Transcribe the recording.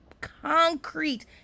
concrete